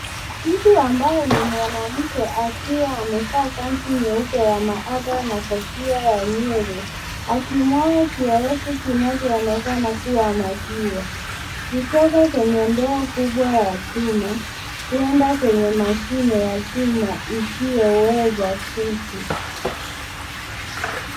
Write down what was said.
Mtu ambaye ni mwanamke akiwa amevaa kanzu nyeupe ya maabara na kofia ya nywele akimwaga kiowevu kinachoonekana kuwa maziwa kutoka kwenye ndoo kubwa ya chuma kuenda kwenye mashine ya chuma isiyoweza kutu.